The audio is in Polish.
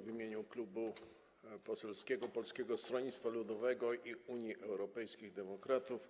W imieniu Klubu Poselskiego Polskiego Stronnictwa Ludowego - Unii Europejskich Demokratów